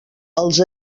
els